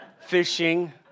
fishing